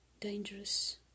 dangerous